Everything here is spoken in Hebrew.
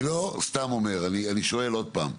אני לא סתם אומר, אני שואל עוד פעם: